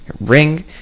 ring